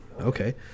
Okay